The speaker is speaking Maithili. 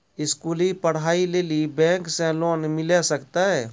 स्कूली पढ़ाई लेली बैंक से लोन मिले सकते?